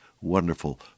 wonderful